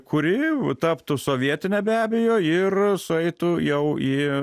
kuri taptų sovietine be abejo ir sueitų jau į